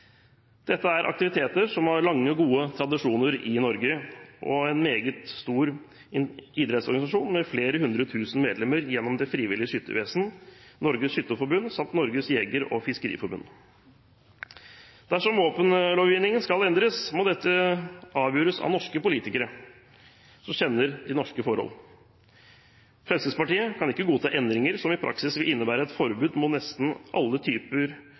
Dette er aktiviteter som har lange og gode tradisjoner i Norge. Det er en meget stor idrettsorganisasjon med flere hundre tusen medlemmer gjennom Det frivillige Skyttervesen, Norges Skytterforbund samt Norges Jeger- og Fiskerforbund. Dersom våpenlovgivningen skal endres, må dette avgjøres av norske politikere som kjenner til norske forhold. Fremskrittspartiet kan ikke godta endringer som i praksis vil innebære et forbud mot nesten alle typer